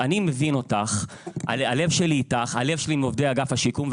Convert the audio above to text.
אני מבין אותך; הלב שלי איתך ועם עובדי אגף השיקום,